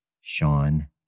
Sean